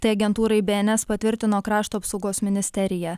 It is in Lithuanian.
tai agentūrai bns patvirtino krašto apsaugos ministerija